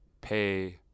pay